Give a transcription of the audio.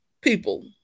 people